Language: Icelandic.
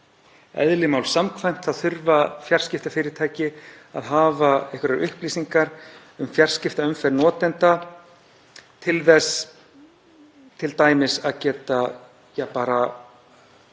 Eðli máls samkvæmt þurfa fjarskiptafyrirtæki að hafa einhverjar upplýsingar um fjarskiptaumferð notenda til þess t.d. að geta bara